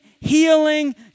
healing